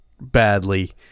badly